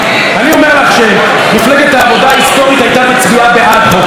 אני אומר לך שמפלגת העבודה ההיסטורית הייתה מצביעה בעד חוק הלאום.